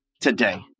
today